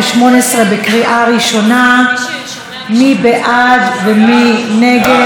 ההצעה להעביר את